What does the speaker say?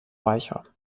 weicher